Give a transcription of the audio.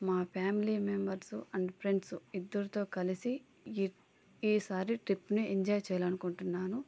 మా family members and friends ఇద్దరితో కలిసి ఈ ఈ సారి ట్రిప్ని ఎంజాయ్ చేయాలనుకుంటున్నాను